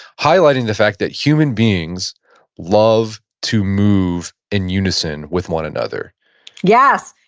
highlighting the fact that human beings love to move in unison with one another yes.